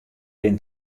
bin